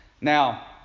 Now